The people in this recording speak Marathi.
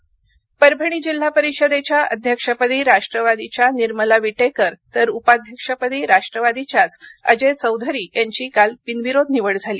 जिप निवडणक परभणी परभणी जिल्हा परिषदेच्या अध्यक्षपदी राष्ट्रवादीच्या निर्मला विटेकर तर उपाध्यक्षपदी राष्ट्रवादीच्याच अजय चौधरी यांची काल बिनविरोध निवड झाली